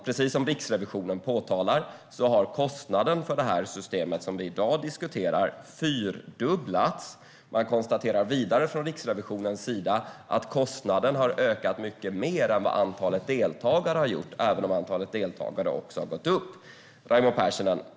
Precis som Riksrevisionen påpekar har kostnaden för det system som vi i dag diskuterar fyrdubblats. Man konstaterar vidare att kostnaden har ökat mycket mer än antalet deltagare, även om antalet deltagare också har gått upp. Raimo Pärssinen!